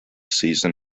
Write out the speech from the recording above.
season